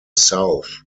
south